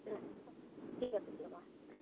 ঠিক আছে দিয়ক অঁ